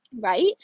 right